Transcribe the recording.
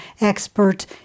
expert